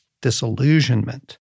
disillusionment